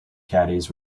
caddies